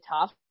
tough